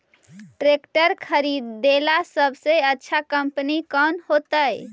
Tractor खरीदेला सबसे अच्छा कंपनी कौन होतई?